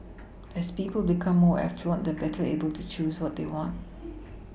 as people become more affluent they are better able to choose what they want